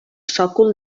sòcol